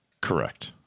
Correct